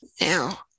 Now